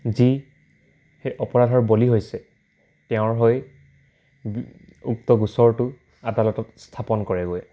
যি সেই অপৰাধৰ বলি হৈছে তেওঁৰ হৈ উক্ত গোচৰটো আদালতত স্থাপন কৰেগৈ